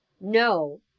no